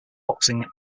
boxing